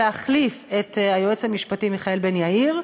להחליף את היועץ המשפטי מיכאל בן יאיר,